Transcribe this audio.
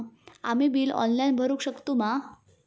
आम्ही bill online भरुक शकतू मा?